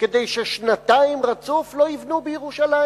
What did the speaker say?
כדי ששנתיים רצוף לא ייבנו בירושלים